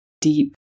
deep